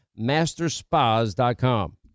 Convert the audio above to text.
masterspas.com